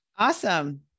Awesome